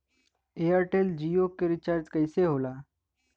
Airtel Jio के recharge कैसे होला?